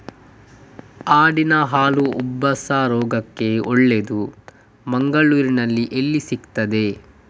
ಆಡಿನ ಹಾಲು ಉಬ್ಬಸ ರೋಗಕ್ಕೆ ಒಳ್ಳೆದು, ಮಂಗಳ್ಳೂರಲ್ಲಿ ಎಲ್ಲಿ ಸಿಕ್ತಾದೆ?